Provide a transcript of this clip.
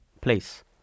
place